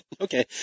Okay